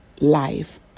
life